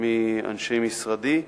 מאנשי משרדי.